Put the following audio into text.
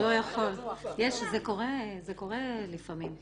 זה קורה לפעמים,